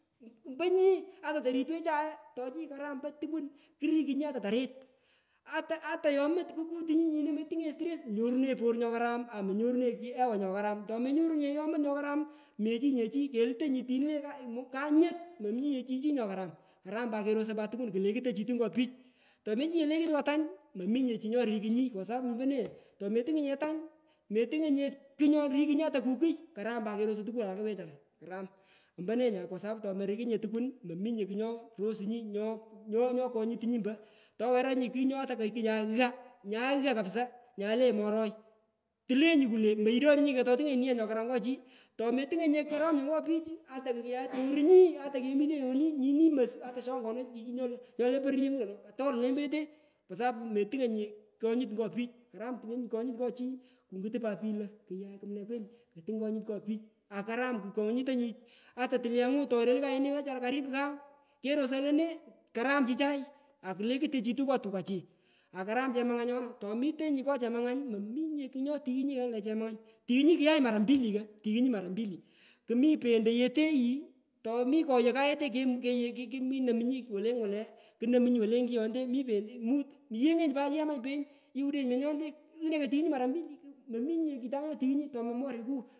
Mponyi ata toritwechae tochini karam mpo tukun kurikunyi ata tarit ata ata yomot kukutunyi nyino motunginyinye stress nyorunenyi por nyokaram omwenyo ranenyi chii ewa nyokaram itomenyorunyinye yomot nyokaram mechi nyinye chii kelutonyi timi wenyi ka kanyoz mominye chichini nyokaram, karam pat kerosoi tukun kulekatochitu nyo pich tomechinyinye lekut ngo tany mominye chi nyorikunyi kwa sapu mbone tometungonyinye tany metungonyinye kugh nyorikunyi ata kukui karam pat kerosoi tukun walaka wechara karam mpone nya kwa sapu tomorikunyinye tukun mominye kugh nyo rosunyi nyokonyutunyi mpo, toweranyi tini ooh atakugh kuyay gha nyaye gha kapsa nyaye le moroi tulenyi kule moidonunyinyo ko toitungonyi nia nyokoram ngochi tomeitungonyinya koromnyo ngo pich uu atakokuyai torunyi atakemi tenyi woni nyini mo atashongoonoi xhii nyole pororyengu lo no kotor lone mpo yete kwa sapu metungonyinye konyut ngo pich, karam tungonyi konyut ngo pich ngo chii kungutu pat pich lo kumne kweli lo tung konyut ngo pich karam konyutonyi ata tulyengutorelu kayini wechara karipu kau kerosoi lone karam chichai akulekutochutu ngo tukachi akaram chemangany tomitenyi ngo chemangany mominye kugh nyotighunyi le chemanganyi tighunyi kuyay mara mpili kotighunyi mara mpili, kumi pinto yetyi tomi koyogh koyetengh kunomunyi wole wole wolu le nguyonte mi pento yeteyi mi peny mut yengenyi pat iyamanyi peny iwudenyi menyoate ngutonyi tughunyi mara mpili ku mominye kitanga nyotighunyi tomo moriku.